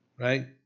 Right